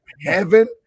heaven